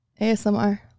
ASMR